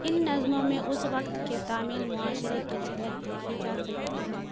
ان نظموں میں اس وقت کے تامل معاشرے کی جھلک دیکھی جا سکتی ہے